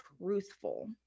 truthful